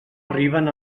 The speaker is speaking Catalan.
arriben